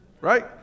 Right